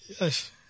Yes